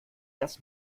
das